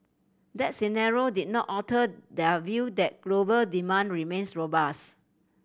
that scenario did not alter their view that global demand remains robust